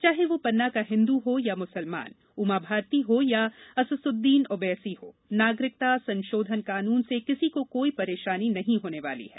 चाहे वह पन्ना का हिन्दू हो या मुसलमान उमाभारती हो या अससुद्दीन ओबैसी हो नागरिक संसोधन कानून से किसी को कोई परेशानी नही होने वाली है